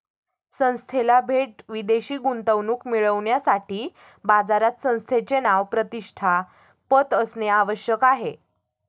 संस्थेला थेट विदेशी गुंतवणूक मिळविण्यासाठी बाजारात संस्थेचे नाव, प्रतिष्ठा, पत असणे आवश्यक आहे